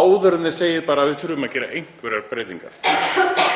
áður en þið segið bara að gera þurfi einhverjar breytingar.